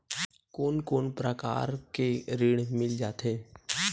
कोन कोन प्रकार के ऋण मिल जाथे?